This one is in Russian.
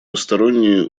посторонние